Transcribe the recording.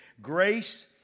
Grace